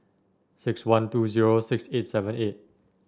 six one two zero six eight seven eight